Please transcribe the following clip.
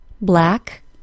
Black